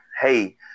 hey –